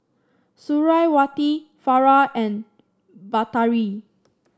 Suriawati Farah and Batari